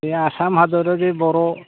बे आसाम हादराव जे बर'